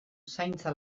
zaintza